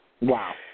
Wow